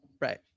Right